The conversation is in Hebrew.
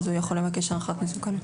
אז הוא יכול לבקש הערכת מסוכנות.